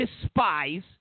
despise